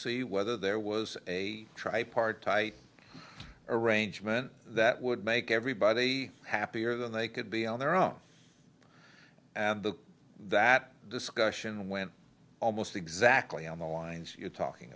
see whether there was a tripartite arrangement that would make everybody happy or they could be on their own and the that discussion went almost exactly on the lines you're talking